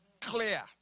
clear